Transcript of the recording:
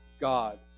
God